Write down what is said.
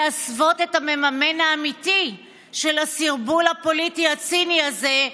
להסוות את המממן האמיתי של הסרבול הפוליטי הציני הזה,